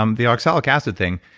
um the oxalic acid thing,